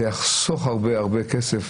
זה יחסוך הרבה הרבה כסף,